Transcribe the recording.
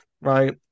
right